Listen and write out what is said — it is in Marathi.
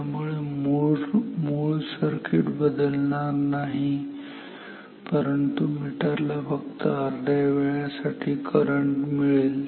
त्यामुळे मूळ सर्किट बदलणार नाही परंतु मीटरला फक्त अर्ध्या वेळासाठी करंट मिळेल